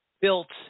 built